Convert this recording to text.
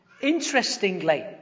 Interestingly